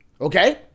okay